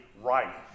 right